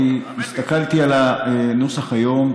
אני הסתכלתי על הנוסח היום,